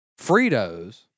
Fritos